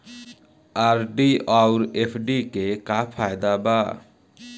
RD आउर FD के का फायदा बा?